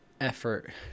effort